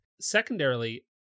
Secondarily